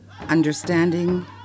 understanding